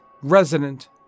Resident